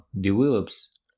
develops